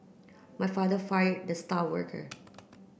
my father fired the star worker